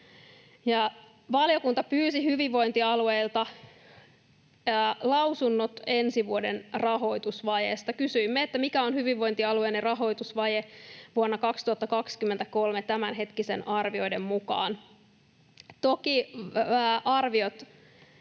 Valiokunta pyysi hyvinvointialueilta lausunnot ensi vuoden rahoitusvajeesta. Kysyimme, mikä on hyvinvointialueenne rahoitusvaje vuonna 2023 tämänhetkisten arvioiden mukaan. Toki arviot